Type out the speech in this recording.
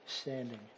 standing